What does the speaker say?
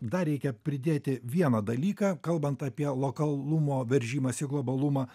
dar reikia pridėti vieną dalyką kalbant apie lokalumo veržimąsi globalumą